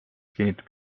kinnitab